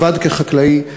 עבד כחקלאי,